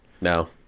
No